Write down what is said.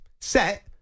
set